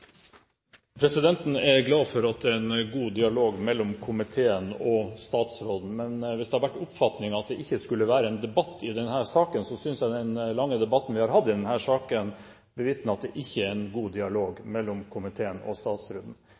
Presidenten er glad for at det er en god dialog mellom komiteen og statsråden. Men hvis det har vært en oppfatning om at det ikke skulle være en debatt i denne saken, synes jeg den lange debatten vi har hatt, bevitner at det ikke er en god dialog mellom komiteen og statsråden.